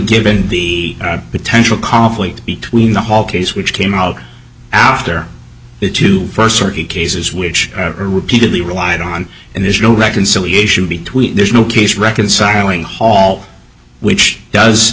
given the potential conflict between the whole case which came after it to first circuit cases which are repeatedly relied on and there's no reconciliation between there's no case reconciling halt which does